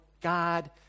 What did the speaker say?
God